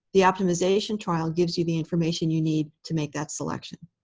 the optimization trial gives you the information you need to make that selection.